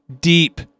deep